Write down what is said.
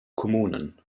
kommunen